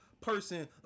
person